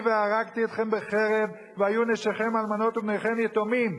והרגתי אתכם בחרב והיו נשיכם אלמנות ובניכם יתומים.